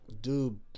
Dude